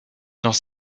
dans